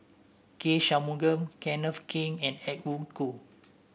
K Shanmugam Kenneth Keng and Edwin Koo